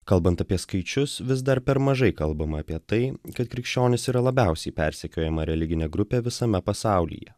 kalbant apie skaičius vis dar per mažai kalbama apie tai kad krikščionys yra labiausiai persekiojama religinė grupė visame pasaulyje